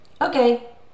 Okay